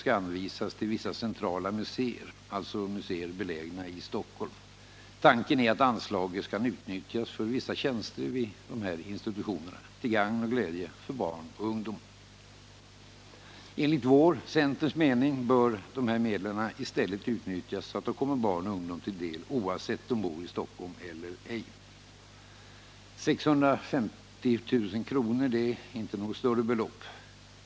skall anvisas till vissa centrala muséer — alltså muséer belägna i Stockholm. Tanken är att anslaget skall utnyttjas för vissa tjänster vid dessa institutioner, till gagn och glädje för barn och ungdom. Enligt centerns mening bör dessa medel i stället utnyttjas så att de kommer barn och ungdom till del, oavsett de bor i Stockholm eller ej. 650 000 kr. är inte något större belopp.